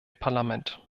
parlament